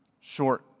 short